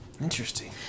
Interesting